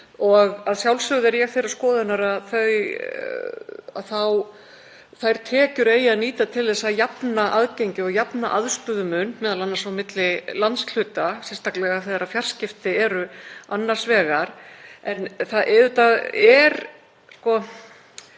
Að sjálfsögðu er ég þeirrar skoðunar að þær tekjur eigi að nýta til að jafna aðgengi og jafna aðstöðumun, m.a. á milli landshluta, sérstaklega þegar fjarskipti eru annars vegar. En það er hægara